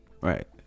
right